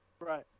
Right